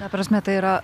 ta prasme tai yra